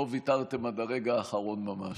לא ויתרתם עד הרגע האחרון ממש.